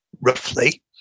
roughly